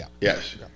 yes